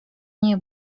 mnie